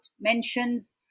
mentions